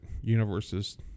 universe's